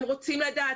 הם רוצים לדעת,